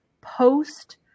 post